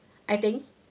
I think